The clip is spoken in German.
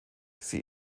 sie